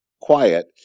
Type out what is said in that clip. quiet